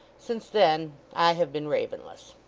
since then i have been ravenless.